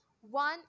one